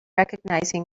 recognizing